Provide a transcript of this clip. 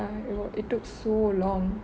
know it took so long